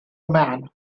man